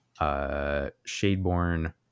shadeborn